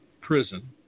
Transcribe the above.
prison